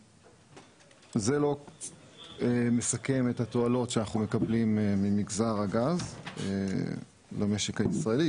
זה לא מסכם את התועלות שאנחנו מקבלים ממגזר הגז במשק הישראלי,